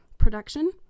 production